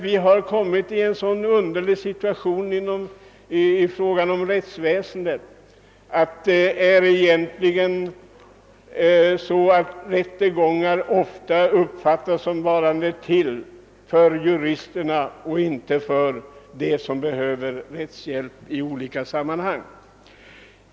Vi har kommit i en sådan underlig situation i fråga om rättsväsendet, att rättegångar faktiskt ofta uppfattas såsom varande till för juristerna och inte för dem som behöver rättshjälp. Herr talman!